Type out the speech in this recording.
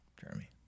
Jeremy